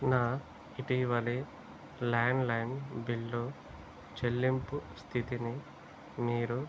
నా ఇటీవలి landline bill చెల్లింపు స్థితిని మీరు